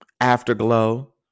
afterglow